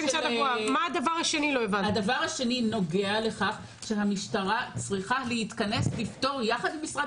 הדבר השני נוגע לכך שהמשטרה צריכה להתכנס ולפתור יחד עם משרד